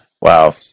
Wow